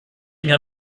haben